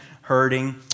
hurting